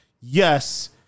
Yes